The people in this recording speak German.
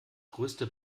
größte